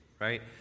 right